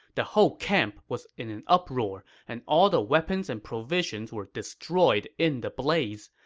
the whole camp was in an uproar, and all the weapons and provisions were destroyed in the blaze.